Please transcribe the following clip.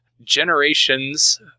Generations